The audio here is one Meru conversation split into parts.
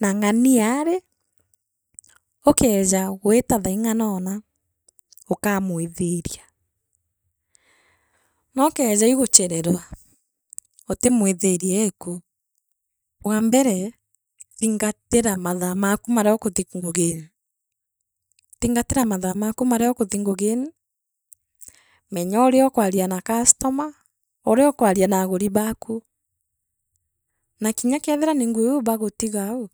Na ng’ania rii ukeeja gwiita thaaing’anona, ukamwithi ria. Nookeja ii guchererwa, utimwithirieku. bwambere thingatira mathasi maku maria ukuthi ngugine. Thingatira mathaa maku maria ukuthi ngugine, menyoria okwaria na customer, orio kwa ria na koribaku, na kinya kethira nii nguu iu bagutigaau,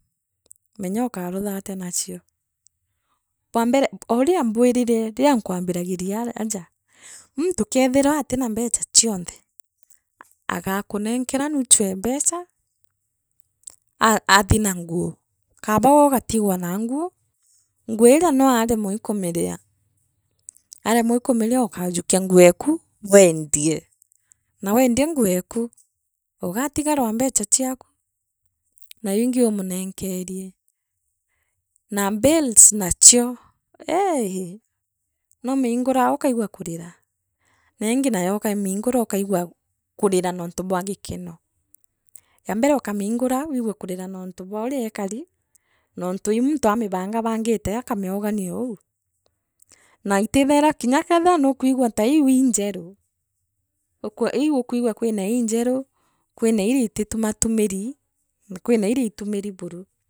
menya ukaruthatia anachio, bwamberie ouria mbwirire riria nkwambiragiria ara aja. muntu kethirwa atina mbecha chionthe, aagakunenkera nuchu eembecha aa aathi na nguu, kaaba gwogatiwa na nguu, nguu iria no aremwe ii kumiria. aremwa ii kumiria ukajukia nguu eku wendie na wendia nguu eku, ugatigarwa aa mbecha chiaku. naaiu ingi umunenkerie na mbales nachio iihii numiunguraa ukaigua kurira, neengi nayo ukamiiungura ukaigua ku kuria nontu bwa gikeno ya mbele ukamiiungura wigue kurira nontu bwa uriekari nontu ii muntu aa mibanga bangite akami ingania na itithiaire kinya kethira nukwigua ta iu injeru ukwe iu ukwigua kwira injeru kwina iria ititumatumiri kwina iria itumiri buru.